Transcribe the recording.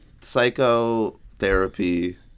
psychotherapy